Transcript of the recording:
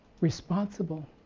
responsible